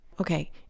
Okay